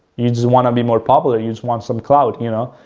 you just want to be more popular. you just want some clout, you know,